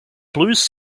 blues